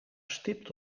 stipt